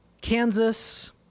Kansas